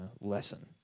lesson